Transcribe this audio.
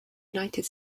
united